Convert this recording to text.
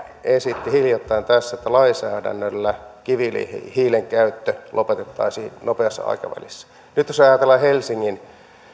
esitti hiljattain tässä että lainsäädännöllä kivihiilen käyttö lopetettaisiin nopealla aikavälillä nyt jos ajatellaan helsingin